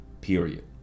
period